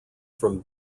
from